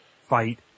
fight